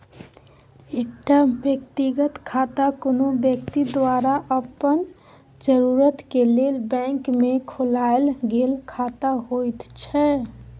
एकटा व्यक्तिगत खाता कुनु व्यक्ति द्वारा अपन जरूरत के लेल बैंक में खोलायल गेल खाता होइत छै